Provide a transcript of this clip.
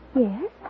Yes